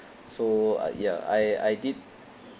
so uh ya I I did